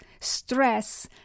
stress